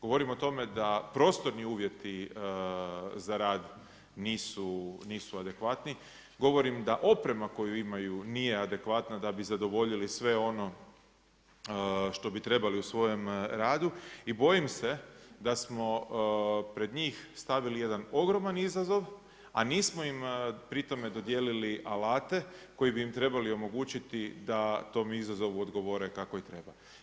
Govorim o tome da prostorni uvjeti za rad nisu adekvatni, govorim da oprema koju imaju, nije adekvatna da bi zadovoljili sve ono što bi trebali u svojem radu i bojim se da smo pred njih stavili jedan ogroman izazov, a nismo im pri tome dodijelili alate, koji bi im trebali omogućiti da tom izazovu odgovore kako i treba.